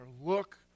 look